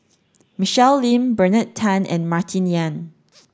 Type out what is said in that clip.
Michelle Lim Bernard Tan and Martin Yan